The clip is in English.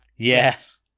Yes